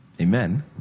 Amen